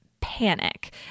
panic